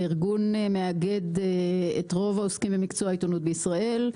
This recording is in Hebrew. הארגון מאגד את רוב העוסקים במקצוע העיתונות בישראל.